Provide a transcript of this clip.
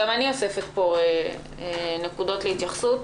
גם אני אוספת פה נקודות להתייחסות,